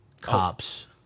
Cops